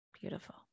Beautiful